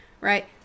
right